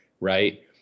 right